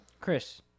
Chris